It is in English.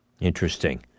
Interesting